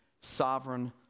Sovereign